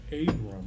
Abram